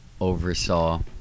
oversaw